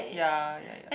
ya ya ya